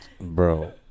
Bro